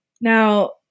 Now